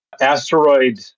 asteroid